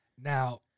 Now